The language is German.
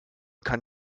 kann